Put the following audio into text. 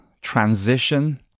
transition